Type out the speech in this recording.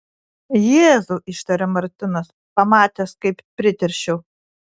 jėzau ištarė martinas pamatęs kaip priteršiau